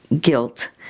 guilt